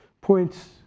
points